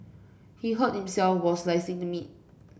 he hurt himself while slicing the meat